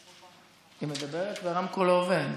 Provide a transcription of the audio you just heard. היא מדברת והרמקול לא עובד.